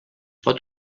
pot